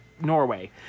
Norway